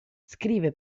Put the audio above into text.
scrive